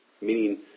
Meaning